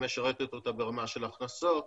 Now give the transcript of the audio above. ומשרתת אותה ברמה של הכנסות,